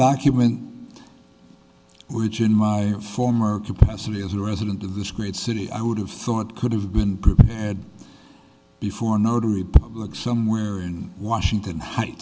document which in my former capacity as a resident of this great city i would have thought could have been pretty bad before notary public somewhere in washington h